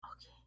Okay